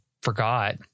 forgot